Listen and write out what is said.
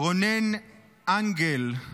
רונן אנגל,